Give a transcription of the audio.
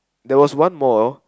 there was one more